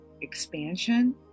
expansion